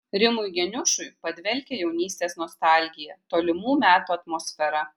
rimui geniušui padvelkia jaunystės nostalgija tolimų metų atmosfera